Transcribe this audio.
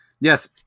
yes